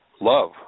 love